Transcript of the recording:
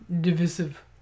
divisive